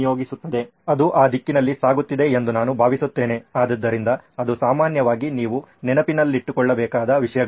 ಅದು ಆ ದಿಕ್ಕಿನಲ್ಲಿ ಸಾಗುತ್ತಿದೆ ಎಂದು ನಾನು ಭಾವಿಸುತ್ತೇನೆ ಆದ್ದರಿಂದ ಅದು ಸಾಮಾನ್ಯವಾಗಿ ನೀವು ನೆನಪಿನಲ್ಲಿಟ್ಟುಕೊಳ್ಳಬೇಕಾದ ವಿಷಯಗಳು